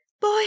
Boy